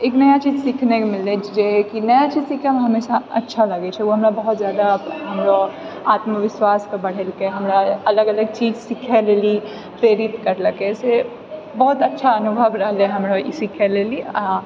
एक नया चीज सिखनाइके मिलले जेकि नया चीज सिखएमे हमेशा अच्छा लागैत छैओ हमरा बहुत जादा हमरो आत्मविश्वासके बढ़ेलकै हमरा अलग अलग चीज सिखए लए ई प्रेरित करलकै सँ बहुत अच्छा अनुभव रहलै हमरो ई सिखए लए ई आ